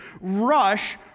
rush